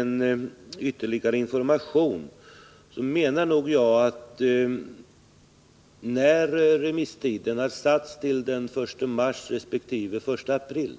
om en ytterligare information får ju de berörda kommunerna automatiskt information, eftersom remisstiden nu har utsatts till den 1 mars resp. den 1 april.